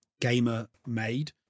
gamer-made